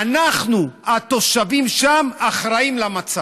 אנחנו, התושבים שם, אחראים למצב,